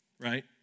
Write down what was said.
right